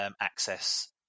access